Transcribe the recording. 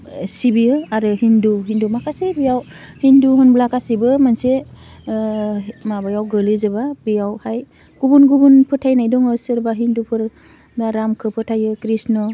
सिबियो आरो हिन्दु हिन्दु माखासे बेयाव हिन्दु होनब्ला गासिबो मोनसे ओह माबायाव गोलैजोबो बेयावहाय गुबुन गुबुन फोथायनाय दङ सोरबा हिन्दुफोर रामखौ फोथायो कृष्ण